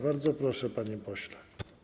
Bardzo proszę, panie pośle.